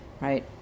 right